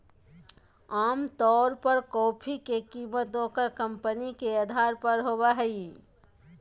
आमतौर पर कॉफी के कीमत ओकर कंपनी के अधार पर होबय हइ